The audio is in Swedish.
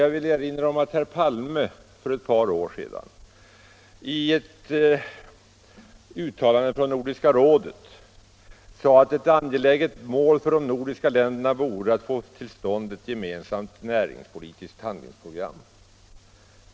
Jag vill erinra om att herr Palme för ett par år sedan i ett uttalande för Nordiska rådet sade att ett angeläget mål för de nordiska länderna vore att få till stånd ett gemensamt näringspolitiskt handlingsprogram.